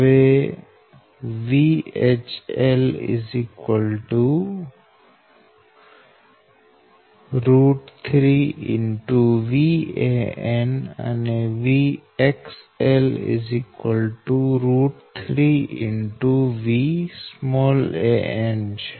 હવે VHL 3VAnઅને VXL3Van છે